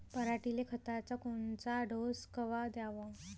पऱ्हाटीले खताचा कोनचा डोस कवा द्याव?